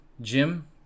Jim